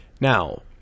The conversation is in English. Now